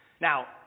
Now